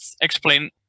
explain